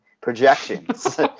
projections